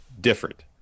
different